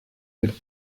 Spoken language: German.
mit